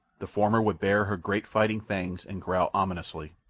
the former would bare her great fighting fangs and growl ominously,